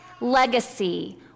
legacy